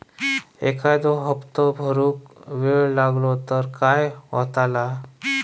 एखादो हप्तो भरुक वेळ लागलो तर काय होतला?